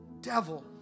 devil